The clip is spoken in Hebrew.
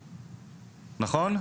נכון?